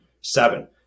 seven